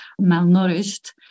malnourished